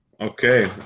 Okay